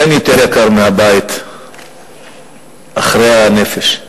אין יותר יקר מהבית אחרי הנפש.